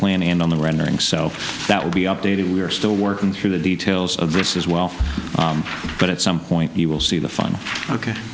plan and on the rendering so that would be updated we're still working through the details of this as well but at some point you will see the fine ok